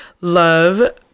Love